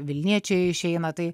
vilniečiai išeina tai